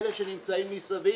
אלו שנמצאים מסביב.